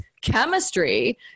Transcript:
chemistry